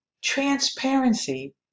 transparency